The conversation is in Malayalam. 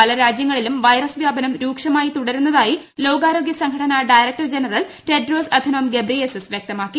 പല രാജ്യങ്ങളിലും വൈറസ് വൃാപനം രൂക്ഷമായി തുടരുന്നതായി ലോകാരോഗൃ സംഘടന director general Tedros Adhanom Ghebreyesus വൃക്തമാക്കി